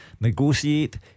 negotiate